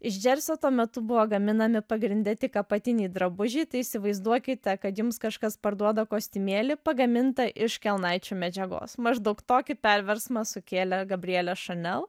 iš džersio tuo metu buvo gaminami pagrinde tik apatiniai drabužiai tai įsivaizduokite kad jums kažkas parduoda kostiumėlį pagamintą iš kelnaičių medžiagos maždaug tokį perversmą sukėlė gabrielė chanel